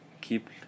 keep